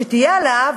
כשתהיה העלאה,